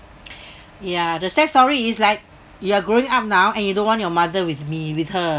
ya the sad story is like you are growing up now and you don't want your mother with me with her